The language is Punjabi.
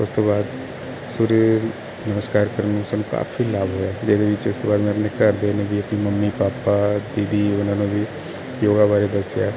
ਉਸ ਤੋਂ ਬਾਅਦ ਸੂਰਿਆ ਨਮਸਕਾਰ ਕਰਨ ਨਾਲ ਸਾਨੂੰ ਕਾਫੀ ਲਾਭ ਹੋਇਆ ਜਿਹਦੇ ਵਿੱਚ ਉਸ ਤੋਂ ਬਾਅਦ ਮੈਂ ਆਪਣੇ ਘਰਦਿਆ ਨੂੰ ਵੀ ਆਪਣੀ ਮੰਮੀ ਪਾਪਾ ਦੀਦੀ ਉਹਨਾਂ ਨੂੰ ਵੀ ਯੋਗਾ ਬਾਰੇ ਦੱਸਿਆ